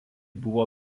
buvo